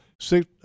six